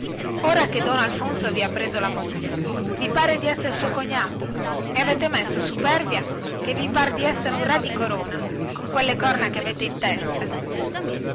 ora che don alfonso vi ha preso la moglie vi pare di essere suo cognato e avete messo superbia che vi par di esser un re di corona con quelle corna che avete in testa